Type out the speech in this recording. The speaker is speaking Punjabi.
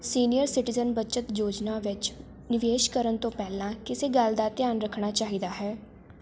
ਸੀਨੀਅਰ ਸਿਟੀਜ਼ਨ ਬੱਚਤ ਯੋਜਨਾ ਵਿੱਚ ਨਿਵੇਸ਼ ਕਰਨ ਤੋਂ ਪਹਿਲਾਂ ਕਿਸ ਗੱਲ ਦਾ ਧਿਆਨ ਰੱਖਣਾ ਚਾਹੀਦਾ ਹੈ